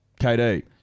KD